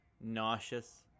nauseous